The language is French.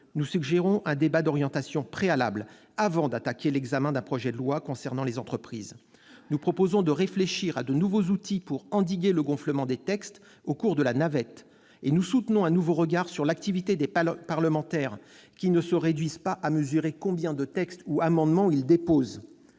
Nous suggérons un débat d'orientation préalable avant d'attaquer l'examen d'un projet de loi concernant les entreprises. Nous proposons de réfléchir à de nouveaux outils pour endiguer le gonflement des textes au cours de la navette. Nous voulons qu'un nouveau regard soit porté sur l'activité des parlementaires, un regard qui ne se réduise pas à mesurer combien de textes ou d'amendements ils déposent.